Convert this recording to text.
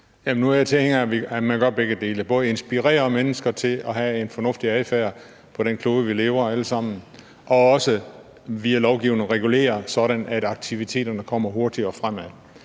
jeg tilhænger af, at man gør begge dele, både inspirerer mennesker til at have en fornuftig adfærd på den klode, vi lever på alle sammen, og også via lovgivning regulerer, sådan at aktiviteterne kommer hurtigere fremad.